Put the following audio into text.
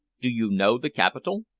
do you know the capital?